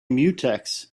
mutex